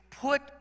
put